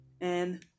and-